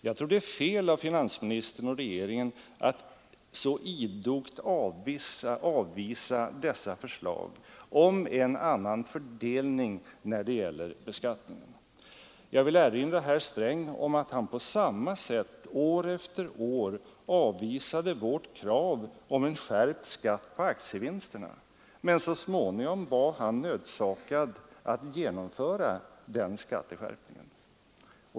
Jag tror det är fel av finansministern och regeringen att så idogt avvisa dessa förslag om en annan fördelning när det gäller beskattningen. Jag vill erinra herr Sträng om att han på samma sätt år efter år avvisade vårt krav om en skärpt skatt på aktievinsterna. Men så småningom var han nödsakad att genomföra den skatteskärpningen.